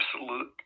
absolute